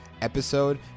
episode